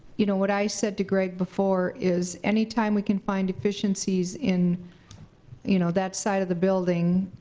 you know what i said to greg before is anytime we can find efficiencies in you know that side of the building,